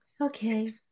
Okay